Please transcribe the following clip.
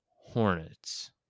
Hornets